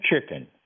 chicken